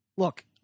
Look